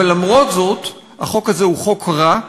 אני מוסיף את הצבעתך.